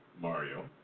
Mario